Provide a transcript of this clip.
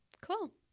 cool